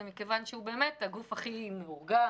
היא מכיוון שהוא הגוף הכי מאורגן,